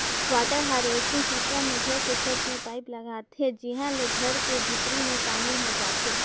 water harvesting system मे घर के छत में पाईप लगाथे जिंहा ले घर के भीतरी में पानी हर जाथे